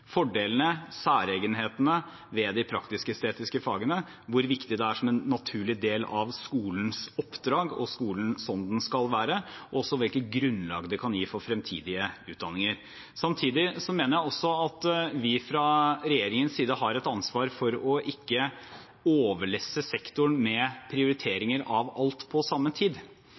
fordelene, særegenhetene, ved de praktisk-estetiske fagene – hvor viktige de er som en naturlig del av skolens oppdrag og skolen som den skal være, og også hvilket grunnlag de kan gi for fremtidige utdanninger. Samtidig mener jeg også at vi fra regjeringens side har et ansvar for ikke å overlesse sektoren med